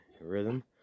rhythm